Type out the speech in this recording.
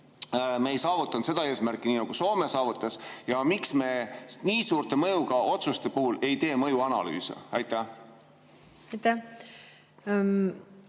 me ei saavutanud seda eesmärki, nagu Soome saavutas, ja miks me nii suure mõjuga otsuste puhul ei tee mõjuanalüüse? Suur tänu,